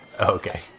Okay